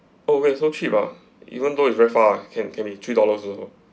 oh okay so cheap ah even though it's very far can be can be three dollars also